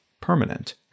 permanent